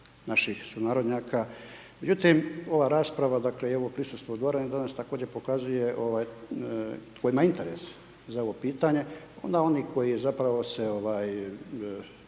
naših sunarodnjaka, međutim, ova rasprava i ovo prisustvo u dvorani, danas također pokazuje …/Govornik se ne razumije./… interes za ovo pitanje. Onda oni koji zapravo se